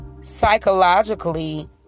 psychologically